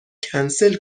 کنسل